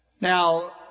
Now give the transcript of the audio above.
Now